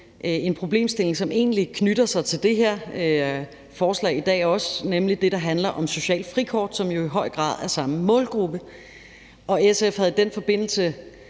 en problemstilling, som egentlig også knytter sig til det her forslag i dag, nemlig det, der handler om socialt frikort, som jo i høj grad er samme målgruppe. SF havde i den forbindelse,